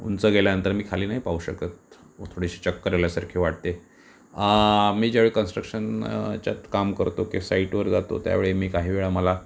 उंच गेल्यानंतर मी खाली नाही पाहू शकत व थोडीशी चक्कर आल्यासारखी वाटते मी ज्या वेळी कन्स्ट्रक्शनच्यात काम करतो किंवा साईटवर जातो त्या वेळी मी काही वेळा मला